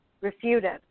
refuted